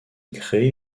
créer